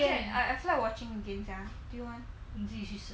I feel like watching again sia do you want